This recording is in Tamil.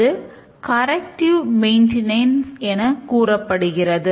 இது கரெக்டிவ் மெயின்டனன்ஸ் எனக் கூறப்படுகிறது